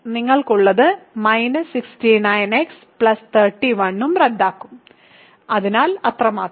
നിങ്ങൾക്കുള്ളത് 69x31 ഉം റദ്ദാക്കും അതിനാൽ അത്രമാത്രം